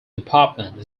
department